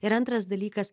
ir antras dalykas